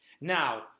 now